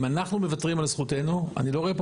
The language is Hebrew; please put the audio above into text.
אם אנחנו מוותרים על זכותנו אני לא רואה פה